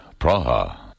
Praha